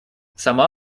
сама